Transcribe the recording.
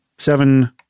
Seven